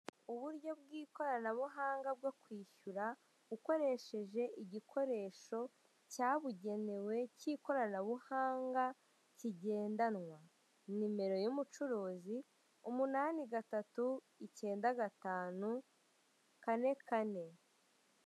Uburyo bw'ikoranabuhanga bwo kwishyura ukoresheje igikoresho cyabugenewe cy'ikoranabuhanga kigendanwa. Nimero y'umucuruzi: umunani gatatu, icyenda gatanu, kane kane.